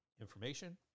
information